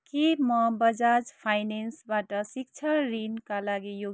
के म बजाज फाइनेन्सबाट शिक्षा ऋणका लागि योग्य छु